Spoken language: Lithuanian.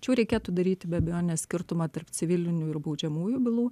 čia jau reikėtų daryti be abejonės skirtumą tarp civilinių ir baudžiamųjų bylų